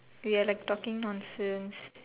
we're like talking nonsense